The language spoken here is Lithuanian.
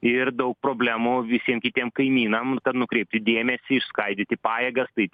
ir daug problemų visiems kitiem kaimynam nukreipti dėmesį išskaidyti pajėgas tai